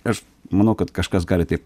aš manau kad kažkas gali tai